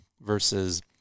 versus